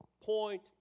point